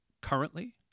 currently